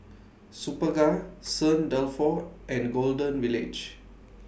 Superga Saint Dalfour and Golden Village